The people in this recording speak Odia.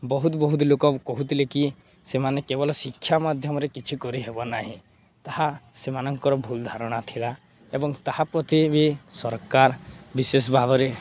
ବହୁତ ବହୁତ ଲୋକ କହୁଥିଲେ କି ସେମାନେ କେବଳ ଶିକ୍ଷା ମାଧ୍ୟମରେ କିଛି କରିହବ ନାହିଁ ତାହା ସେମାନଙ୍କର ଭୁଲ ଧାରଣା ଥିଲା ଏବଂ ତାହା ପ୍ରତି ବି ସରକାର ବିଶେଷ ଭାବରେ